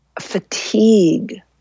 fatigue